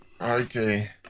Okay